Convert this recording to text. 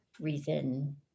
reason